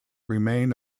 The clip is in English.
remain